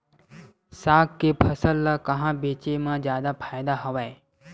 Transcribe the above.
साग के फसल ल कहां बेचे म जादा फ़ायदा हवय?